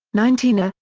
nineteen. ah